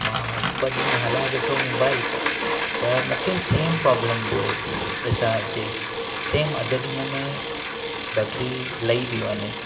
मां हिकु ॿ ॾींहं हलाए ॾिठो मोबाइल त मूंखे सेम प्रॉब्लम पियो ॾिसणु अचे सेम अधु ॾींहं में बैटरी लही पई वञे